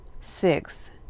six